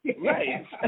Right